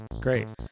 Great